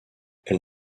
elle